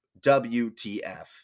WTF